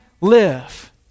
live